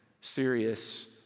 serious